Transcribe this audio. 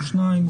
שניים.